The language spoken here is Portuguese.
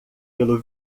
pelo